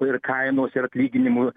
ir kainos ir atlyginimų